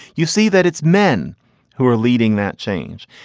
you see that it's men who are leading that change.